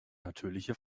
natürliche